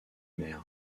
mer